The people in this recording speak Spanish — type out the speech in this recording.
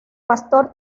pastor